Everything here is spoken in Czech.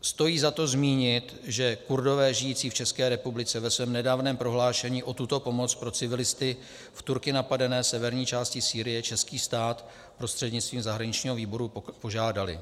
Stojí za to zmínit, že Kurdové žijící v České republice ve svém nedávném prohlášení o tuto pomoc pro civilisty v Turky napadené severní části Sýrie český stát prostřednictvím zahraničního výboru požádali.